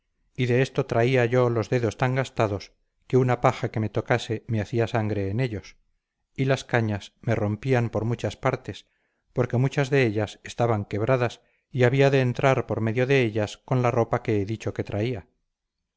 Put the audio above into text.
y de esto traía yo los dedos tan gastados que una paja que me tocase me hacía sangre de ellos y las cañas me rompían por muchas partes porque muchas de ellas estaban quebradas y había de entrar por medio de ellas con la ropa que he dicho que traía